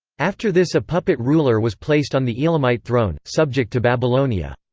after this a puppet ruler was placed on the elamite throne, subject to babylonia.